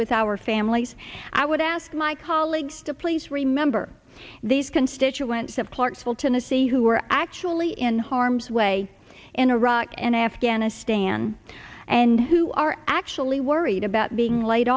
with our families i would ask my colleagues to please remember these constituents of clarksville tennessee who are actually in harm's way in iraq and afghanistan and who are actually worried about being laid